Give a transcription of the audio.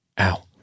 Ow